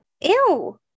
Ew